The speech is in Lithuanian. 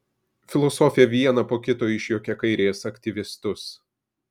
filosofė vieną po kito išjuokė kairės aktyvistus